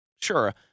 Sure